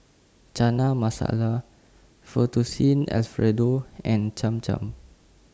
Chana Masala Fettuccine Alfredo and Cham Cham